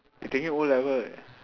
he taking o-level eh